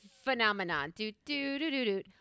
phenomenon